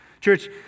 church